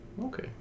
okay